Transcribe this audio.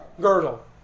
girdle